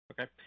Okay